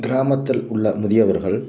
கிராமத்தில் உள்ள முதியவர்கள்